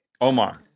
Omar